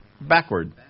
backward